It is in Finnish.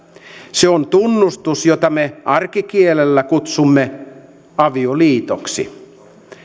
se on tunnustus jota me arkikielellä kutsumme avioliitoksi